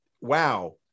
wow